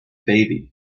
baby